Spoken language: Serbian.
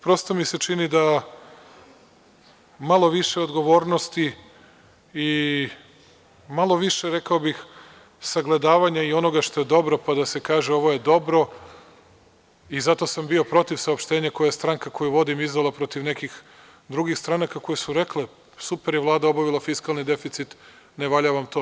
Prosto mi se čini da malo više odgovornosti i malo više, rekao bih, sagledavanja i onoga što je dobro, pa da se kaže – ovo je dobro i zato sam bio protiv saopštenja koje je stranka koju vodim izdalaprotiv nekih drugih stranaka koje su rekle – super je Vlada obavila fiskalni deficit, ne valja vam to.